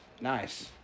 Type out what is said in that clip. Nice